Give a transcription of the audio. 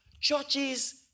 churches